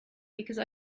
because